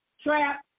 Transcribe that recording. trap